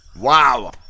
Wow